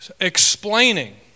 explaining